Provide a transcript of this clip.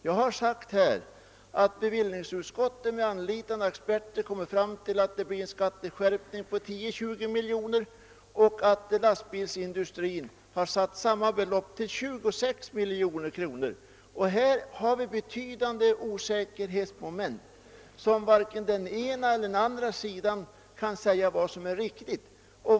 Jag har sagt att bevillningsutskottet med anlitande av experter har funnit att skatteskärpningen uppgår till 10—20 miljoner och att lastbilsindustrin har angivit beloppet till 26 miljoner. Här ligger en betydande osäkerhet, och varken den ena eller den andra sidan kan ange vad som är riktigt.